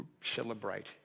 celebrate